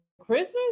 Christmas